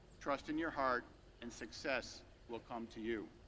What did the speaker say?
trust in your heart and success will come to you.